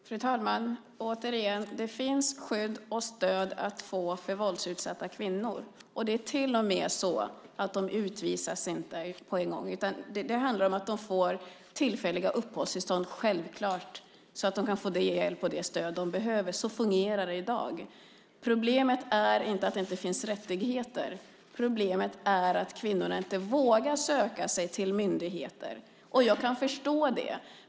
Fru talman! Jag vill återigen säga att det finns skydd och stöd att få för våldsutsatta kvinnor. Det är till och med så att de inte utvisas på en gång. Det handlar om att de självklart får tillfälliga uppehållstillstånd så att de kan få den hjälp och det stöd de behöver. Så fungerar det i dag. Problemet är inte att det inte finns rättigheter. Problemet är att kvinnorna inte vågar söka sig till myndigheter. Jag kan förstå det.